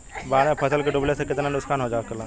बाढ़ मे फसल के डुबले से कितना नुकसान हो सकेला?